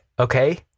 Okay